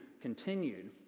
continued